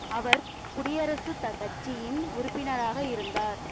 அவர் குடியரசு கட்சியின் உறுப்பினராக இருந்தார்